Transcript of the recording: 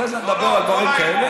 אחרי זה נדבר על דברים כאלה.